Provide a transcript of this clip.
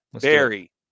Barry